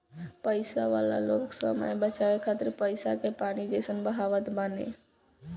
पईसा वाला लोग समय बचावे खातिर पईसा के पानी जइसन बहावत बाने